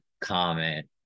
comment